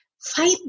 fight